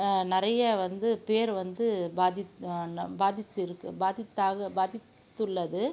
நிறைய வந்து பேர் வந்து பாதித் ந பாதித்து இருக்குது பாதித்தாக பாதித்துள்ளது